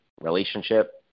relationship